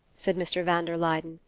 said mr. van der luyden,